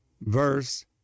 Verse